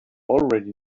already